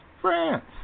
France